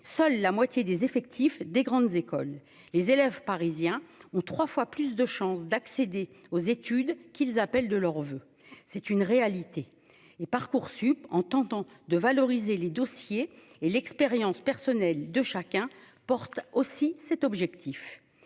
seule la moitié des effectifs des grandes écoles, les élèves parisiens ont 3 fois plus de chances d'accéder aux études qu'ils appellent de leurs voeux, c'est une réalité et Parcoursup en tentant de valoriser les dossiers et l'expérience personnelle de chacun porte aussi cet objectif,